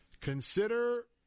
consider